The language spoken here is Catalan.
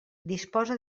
disposa